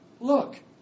Look